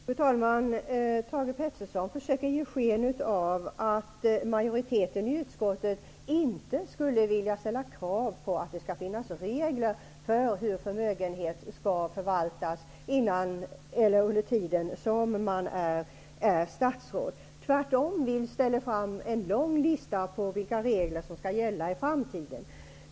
Fru talman! Thage G Peterson försöker ge sken av att majoriteten i utskottet inte skulle vilja ställa krav på att det skall finnas regler för hur förmögenhet skall förvaltas under den tid som man är statsråd. Vi lägger tvärtom fram en ganska lång lista på vilka regler som skall gälla i framtiden.